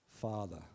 Father